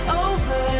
over